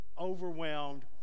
overwhelmed